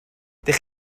ydych